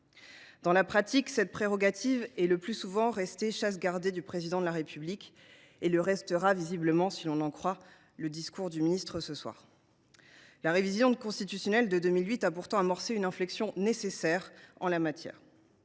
Dans la pratique, cette prérogative est le plus souvent restée la chasse gardée du Président de la République, et elle le restera si l’on en croit le discours que vient de tenir M. le ministre. La révision constitutionnelle de 2008 a pourtant amorcé une inflexion nécessaire en la matière.